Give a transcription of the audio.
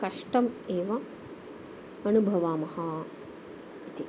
कष्टम् एव अनुभवामः इति